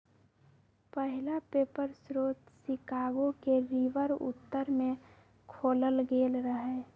पहिला पेपर स्रोत शिकागो के रिवर उत्तर में खोलल गेल रहै